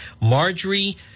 Marjorie